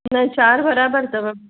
न चारि बराबरि अथव